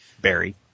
Barry